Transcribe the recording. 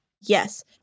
Yes